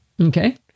Okay